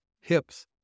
hips